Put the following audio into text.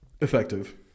effective